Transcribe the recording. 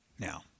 now